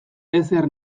ezer